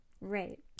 Right